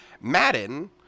Madden